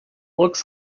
looks